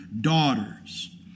daughters